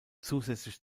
zusätzlich